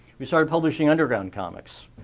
we started publishing underground comics.